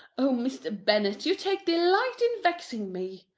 oh, mr. bennet, you take delight in vexing me.